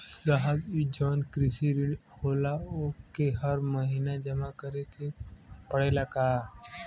साहब ई जवन कृषि ऋण होला ओके हर महिना जमा करे के पणेला का?